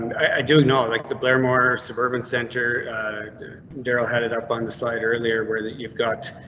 i do ignore like the blair more suburban center darrell headed up on the slide earlier where that you've got.